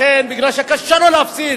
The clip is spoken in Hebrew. לכן, מפני שקשה לו להפסיד,